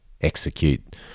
execute